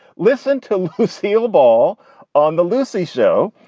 listen to lucille ball on the lucy show.